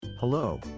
hello